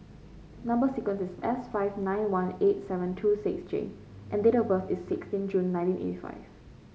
number sequence is S five nine one eight seven two six J and date of birth is sixteen June nineteen eighty five